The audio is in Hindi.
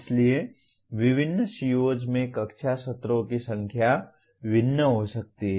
इसलिए विभिन्न COs में कक्षा सत्रों की संख्या भिन्न हो सकती है